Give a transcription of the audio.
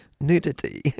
nudity